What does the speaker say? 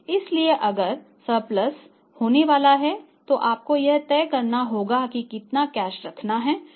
इसलिए अगर सरप्लस होने वाला है तो आपको यह तय करना होगा कि कितना कैश रखना है और कितना निवेश करना है